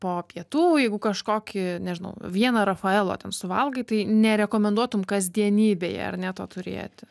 po pietų jeigu kažkokį nežinau vieną rafaelo ten suvalgai tai nerekomenduotum kasdienybėj ar ne to turėti